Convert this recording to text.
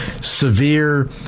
severe